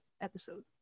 episode